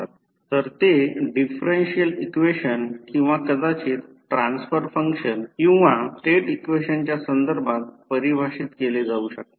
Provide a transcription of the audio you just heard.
तर ते differential equation किंवा कदाचित ट्रान्सफर फंक्शन किंवा स्टेट इक्वेशनच्या संदर्भात परिभाषित केले जाऊ शकतात